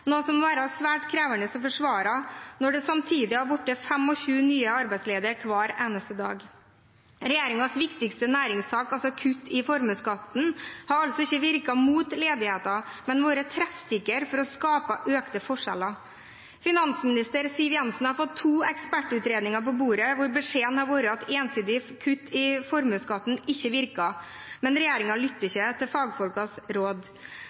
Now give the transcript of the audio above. noe som må være svært krevende å forsvare når det samtidig har blitt 25 nye arbeidsledige hver eneste dag. Regjeringens viktigste næringssak, kutt i formuesskatten, har ikke virket mot ledigheten, men vært treffsikker med tanke på å skape økte forskjeller. Finansminister Siv Jensen har fått to ekspertutredninger på bordet hvor beskjeden har vært at ensidige kutt i formuesskatten ikke virker, men regjeringen lytter ikke til fagfolkenes råd.